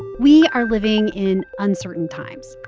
we are living in uncertain times.